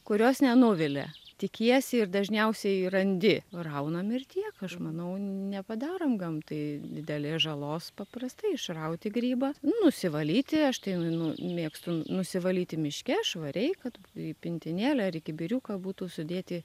kurios nenuvilia tikiesi ir dažniausiai randi raunam ir tiek aš manau nepadarom gamtai didelės žalos paprastai išrauti grybą nusivalyti aš tai nu mėgstu nusivalyti miške švariai kad į pintinėlę ar į kibiriuką būtų sudėti